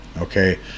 Okay